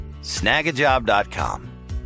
snagajob.com